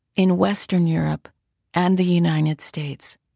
in western europe and the united states,